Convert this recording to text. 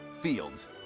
Fields